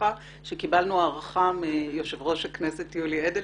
בחדר ועדת הכלכלה,